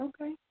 okay